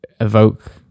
evoke